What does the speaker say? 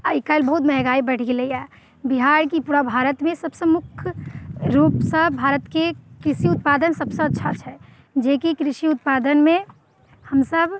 आइ काल्हि बहुत महंगाइ बढ़ि गेलैया बिहार कि पूरा भारतमे सभ से मुख्य रुपसँ भारतके कृषि उत्पादन सभ से अच्छा छै जे कि कृषि उत्पादनमे हम सभ